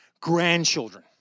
grandchildren